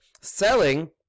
selling